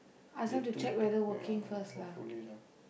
they toot~ !aiya! hopefully lah